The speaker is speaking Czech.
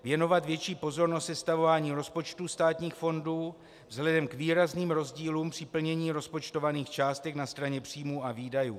Věnovat větší pozornost sestavování rozpočtů státních fondů vzhledem k výrazným rozdílům při plnění rozpočtovaných částek na straně příjmů a výdajů.